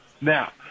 Now